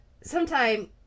sometime